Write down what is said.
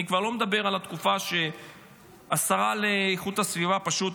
אני כבר לא מדבר על התקופה שהשרה לאיכות הסביבה פשוט